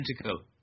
identical